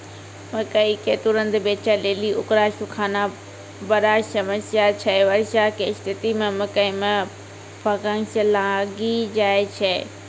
मकई के तुरन्त बेचे लेली उकरा सुखाना बड़ा समस्या छैय वर्षा के स्तिथि मे मकई मे फंगस लागि जाय छैय?